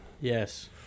Yes